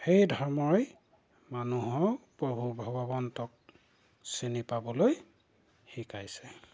সেই ধৰ্মই মানুহক প্ৰভু ভগৱন্তক চিনি পাবলৈ শিকাইছে